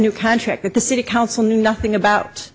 new contract that the city council knew nothing about